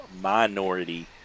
minority